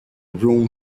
room